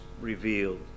revealed